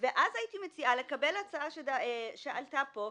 ואז הייתי מציעה לקבל הצעה שעלתה פה,